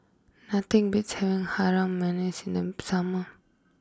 nothing beats having Harum Manis in them summer